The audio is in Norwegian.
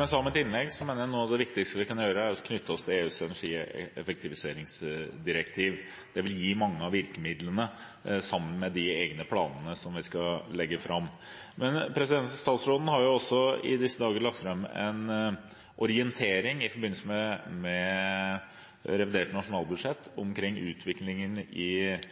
jeg sa i mitt innlegg, mener jeg at noe av det viktigste vi kan gjøre, er å knytte oss til EUs energieffektiviseringsdirektiv. Det vil gi mange av virkemidlene, sammen med våre egne planer som vi skal legge fram. Statsråden har i disse dager – i forbindelse med revidert nasjonalbudsjett